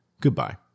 Goodbye